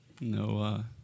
no